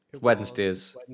wednesdays